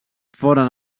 foren